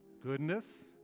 goodness